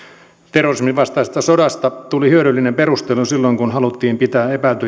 terrorismin vastaisesta sodasta tuli hyödyllinen perustelu silloin kun haluttiin pitää